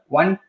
one